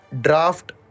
draft